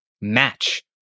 match